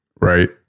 Right